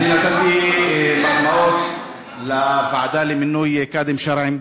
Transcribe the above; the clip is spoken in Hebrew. אני נתתי מחמאות לוועדה למינוי קאדים שרעיים,